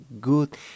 good